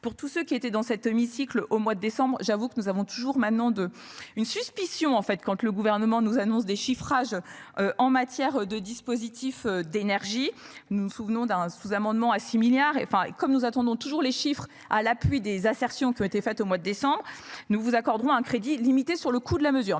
pour tous ceux qui étaient dans cette mi-cycle au mois de décembre j'avoue que nous avons toujours maintenant de une suspicion en fait quand tu le gouvernement nous annonce des chiffrages. En matière de dispositifs d'énergie. Nous nous souvenons d'un sous-amendement à 6 milliards et enfin comme nous attendons toujours les chiffres à l'appui des assertions qui ont été faites au mois de décembre, nous vous accordons un crédit limité sur le coût de la mesure